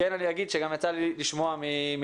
כן אני אגיד שגם יצא לי לשמוע מעמיתיך